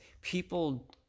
people